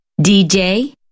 DJ